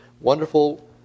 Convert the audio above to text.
wonderful